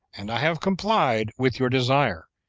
and i have complied with your desire,